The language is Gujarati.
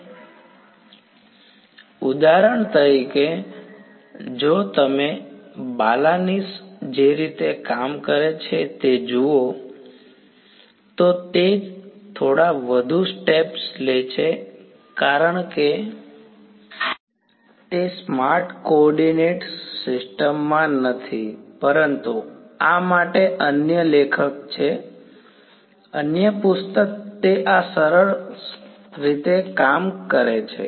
વિદ્યાર્થી ઉદાહરણ તરીકે જો તમે બાલાનીસ જે રીતે કરે છે તે જુઓ તો તે થોડા વધુ સ્ટેપ્સ લે છે કારણ કે તે સ્માર્ટ કોઓર્ડિનેટ સિસ્ટમ માં નથી પરંતુ આ માટે અન્ય લેખક છે સંદર્ભ સમય 1523 અન્ય પુસ્તક તે આ સરસ રીતે કરે છે